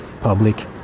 Public